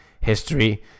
history